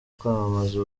kwamamaza